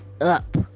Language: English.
up